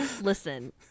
Listen